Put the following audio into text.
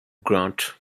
grant